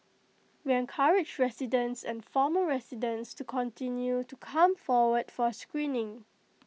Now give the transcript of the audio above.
we encourage residents and former residents to continue to come forward for screening